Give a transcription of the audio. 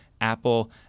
Apple